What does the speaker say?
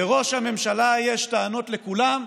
לראש הממשלה יש טענות לכולם,